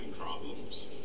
problems